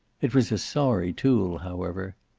it was a sorry tool, however.